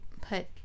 put